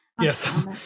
Yes